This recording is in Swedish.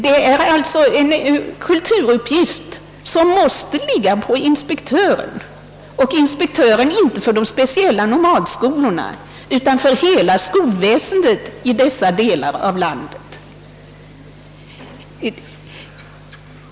Detta är alltså en kulturuppgift som måste åvila en inspektör, inte inspektören för de speciella nomadskolorna utan inspektören för hela skolväsendet i dessa delar av landet.